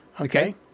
Okay